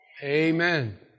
Amen